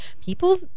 People